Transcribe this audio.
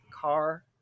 car